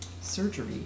surgery